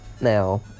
Now